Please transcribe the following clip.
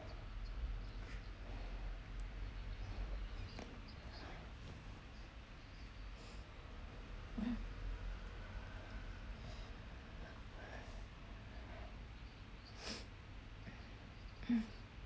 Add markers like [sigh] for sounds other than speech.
[breath] mm